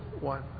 one